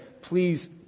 please